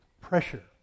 pressure